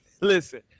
listen